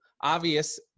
Obvious